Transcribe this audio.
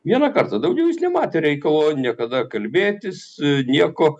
vieną kartą daugiau jis nematė reikalo niekada kalbėtis nieko